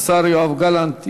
השר יואב גלנט,